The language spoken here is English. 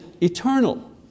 eternal